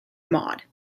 mod